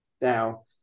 now